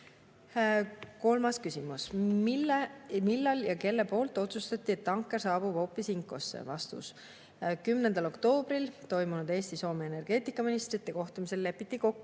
Eestis. Kolmas küsimus: "Millal ja kelle poolt otsustati, et tanker saabub hoopis Inkoosse?" Vastus. 10. oktoobril toimunud Eesti-Soome energeetikaministrite kohtumisel lepiti kokku,